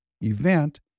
event